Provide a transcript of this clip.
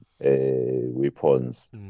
weapons